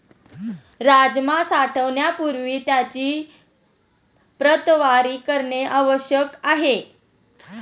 राजमा साठवण्यापूर्वी त्याची प्रतवारी करणे आवश्यक आहे